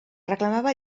reclamava